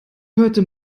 hörte